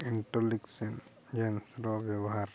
ଇଣ୍ଟେଲିଜେନ୍ସର ବ୍ୟବହାର